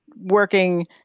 working